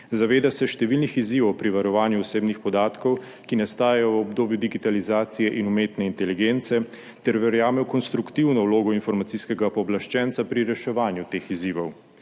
Zaveda se številnih izzivov pri varovanju osebnih podatkov, ki nastajajo v obdobju digitalizacije in umetne inteligence, ter verjame v konstruktivno vlogo Informacijskega pooblaščenca pri reševanju teh izzivov.